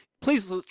please